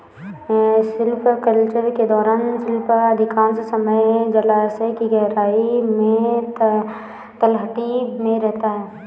shrimp culture के दौरान shrimp अधिकांश समय जलायश की गहराई में तलहटी में रहता है